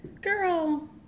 girl